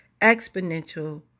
Exponential